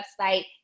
website